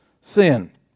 sin